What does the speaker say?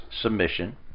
submission